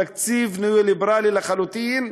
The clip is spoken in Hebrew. התקציב הוא ניאו-ליברלי לחלוטין,